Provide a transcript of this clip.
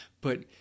But-